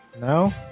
No